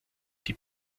die